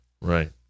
Right